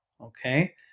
okay